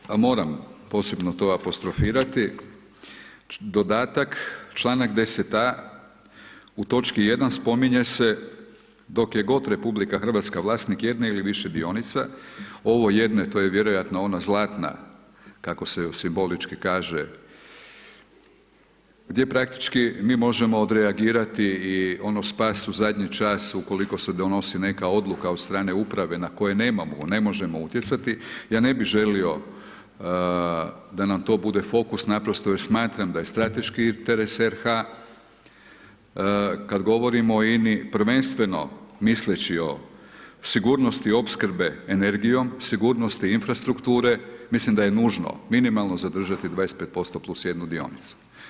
Ono što, a moram posebno to apostrofirati, dodatak članak 10a. u točki 1. spominje se dok je god RH vlasnik jedne ili više dionica, ovo jednoj to je vjerojatno ona zlatna kako se simbolički kaže gdje praktički mi možemo od reagirati i ono spas u zadnji čas ukoliko se donosi neka odluka od strane uprave na koje nemamo, ne možemo utjecati, ja ne bi želio da nam to bude fokus naprosto jer smatram da je strateški interes RH, kad govorimo o INI prvenstveno misleći o sigurnosti opskrbe energijom, sigurnosti infrastrukture, mislim da je nužno minimalno zadržati 25% plus jednu dionicu.